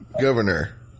Governor